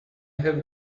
have